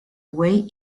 way